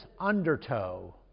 undertow